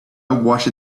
watched